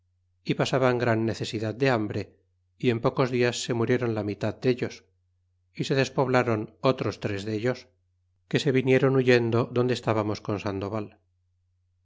y pasaban gran necesidad de hambre y en pocos dias se murieron la mitad dellos y se despoblron otros tres dellos que se vinieron huyendo donde estbamos con sandoval